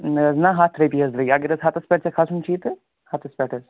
نہ حظ نہ ہَتھ روپیہِ حٲز لَگہِ اگرحٲز ہَتس پٮ۪ٹھ ژےٚ کھَسُن چھُے تہٕ ہَتس پٮ۪ٹھ حٲز